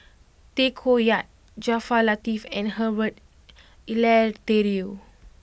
Tay Koh Yat Jaafar Latiff and Herbert Eleuterio